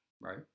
Right